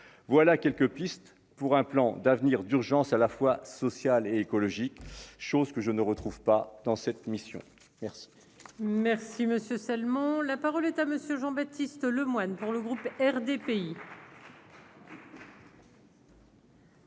voilà quelques pistes pour un plan d'avenir d'urgence à la fois social et écologique, chose que je ne retrouve pas dans cette mission, merci, merci. Si Monsieur seulement, la parole est à monsieur Jean Baptiste Lemoyne pour le groupe RDPI.